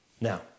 Now